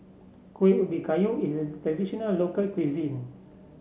Kuih Ubi Kayu is a traditional local cuisine